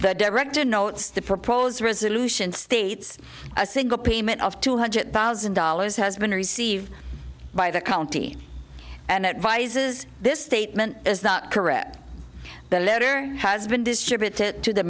the director notes the proposed resolution states a single payment of two hundred thousand dollars has been received by the county and advises this statement is that correct the letter has been distributed to the